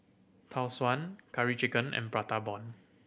Tau Suan Curry Chicken and Prata Bomb